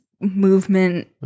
movement